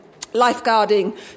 lifeguarding